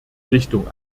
richtung